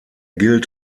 gilt